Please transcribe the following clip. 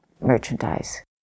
merchandise